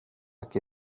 que